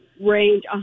range